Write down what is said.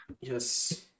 Yes